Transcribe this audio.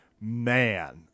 man